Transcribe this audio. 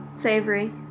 Savory